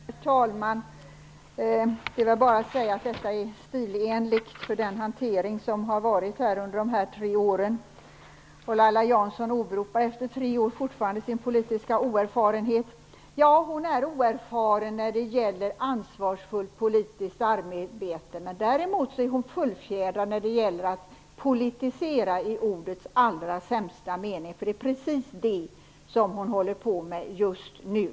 Herr talman! Jag vill bara säga att detta är helt i stil med den hantering som har försiggått under dessa tre år. Laila Strid-Jansson åberopar ännu efter tre år sin politiska oerfarenhet. Ja, hon är oerfaren när det gäller ansvarsfullt politiskt arbete. Däremot är hon erfaren när det gäller att politisera i ordets allra sämsta mening. Det är precis vad hon håller på med just nu.